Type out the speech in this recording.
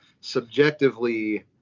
subjectively